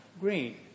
green